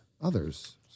others